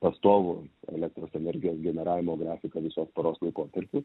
pastovų elektros energijos generavimo grafiką visos paros laikotarpiu